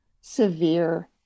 severe